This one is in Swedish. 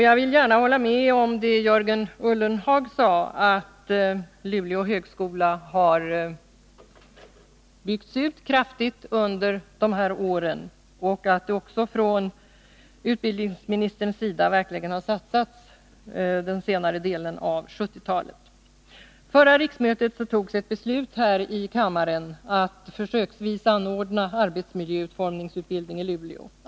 Jag vill gärna i likhet med Jörgen Ullenhag framhålla att Luleå högskola kraftigt har byggts ut under de här åren. Från utbildningsministerns sida har verkligen satsningar gjorts på området under den senare delen av 1970 talet. Förra riksmötet fattades ett beslut här i kammaren om att utbildning avseende arbetsmiljöutformning försöksvis skulle anordnas i Luleå.